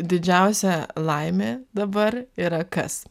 didžiausia laimė dabar yra kas